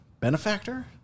Benefactor